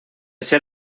ser